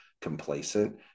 complacent